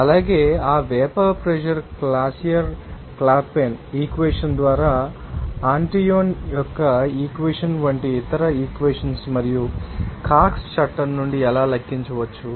అలాగే ఆ vapour pressure Clausius Clapeyron equation ద్వారా ఆంటోయిన్ యొక్క ఈక్వెషన్ వంటి ఇతర ఈక్వెషన్ మరియు కాక్స్ చార్ట్ నుండి ఎలా లెక్కించవచ్చు